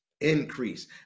increase